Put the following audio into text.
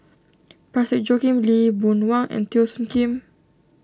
Parsick Joaquim Lee Boon Wang and Teo Soon Kim